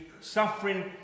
suffering